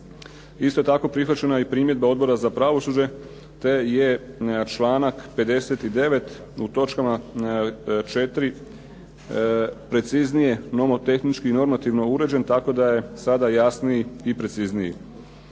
Isto tako, prihvaćena je i primjedba Odbora za pravosuđe te je članak 59. u točki 4. preciznije nomotehnički i normativno uređen tako da je sada jasniji i precizniji.